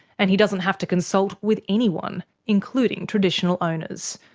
and he doesn't have to consult with anyone, including traditional owners.